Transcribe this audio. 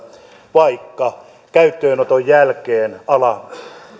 että käyttöönoton jälkeen alan